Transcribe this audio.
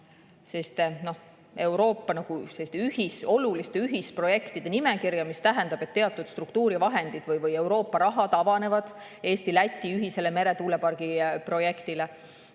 Euroopa oluliste ühisprojektide nimekirja, mis tähendab, et teatud struktuurivahendid või Euroopa rahad avanevad Eesti-Läti ühisele meretuulepargi projektile.